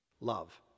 love